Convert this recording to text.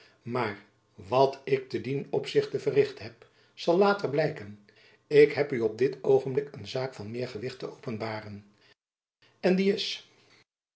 maar wat ik te dien opzichte verricht heb zal later blijken ik heb u op dit oogenblik een zaak van meer gewicht te openbaren en die is